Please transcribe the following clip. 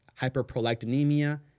hyperprolactinemia